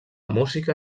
música